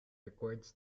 records